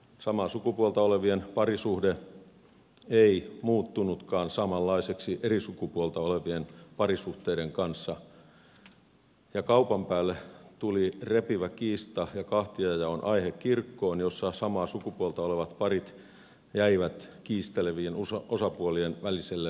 samaa sukupuolta olevien parisuhde ei muuttunutkaan samanlaiseksi eri sukupuolta olevien parisuhteiden kanssa ja kaupan päälle tuli repivä kiista ja kahtiajaon aihe kirkkoon jossa samaa sukupuolta olevat parit jäivät kiistelevien osapuolien väliselle tulilinjalle